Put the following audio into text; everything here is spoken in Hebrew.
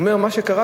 הוא אומר: מה שקרה,